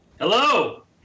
Hello